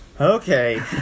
Okay